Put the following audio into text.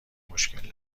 مشکل